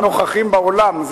הם לפחות נוכחים באולם.